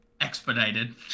expedited